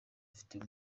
afitiye